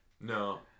No